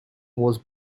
was